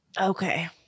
Okay